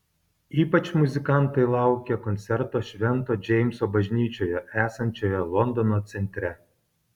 ypač muzikantai laukia koncerto švento džeimso bažnyčioje esančioje londono centre